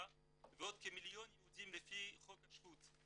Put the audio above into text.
ועוד כמיליון יהודים לפי חוק השבות.